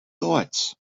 thoughts